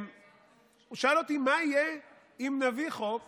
הוא שאל אותי: מה יהיה אם נביא חוק